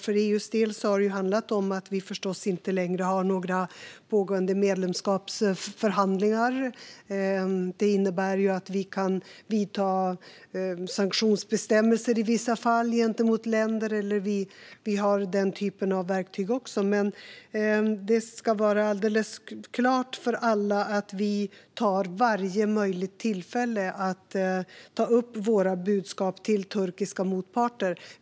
För EU:s del har det handlat om att vi inte längre har några pågående medlemskapsförhandlingar. Detta innebär att vi kan införa sanktionsbestämmelser i vissa fall gentemot länder. Den typen av verktyg har vi också. Det ska vara alldeles klart för alla att vi tar varje möjligt tillfälle att ta upp våra budskap med turkiska motparter.